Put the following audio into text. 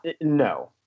no